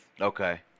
Okay